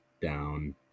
down